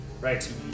Right